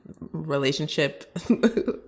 relationship